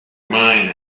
mine